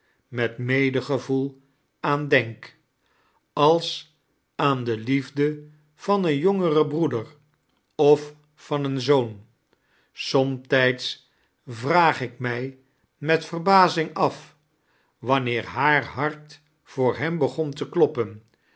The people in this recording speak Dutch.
met medegevoel aan denk al aan de liefde van een jongexen broeder of van een zoom soambijds vraag ik mij met verbazimg af wanneer haar hart voor hem began te kloppem